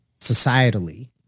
societally